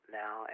now